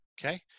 Okay